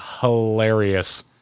hilarious